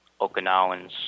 Okinawans